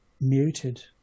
muted